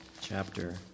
chapter